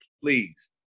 please